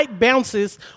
bounces